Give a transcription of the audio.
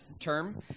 term